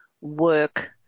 work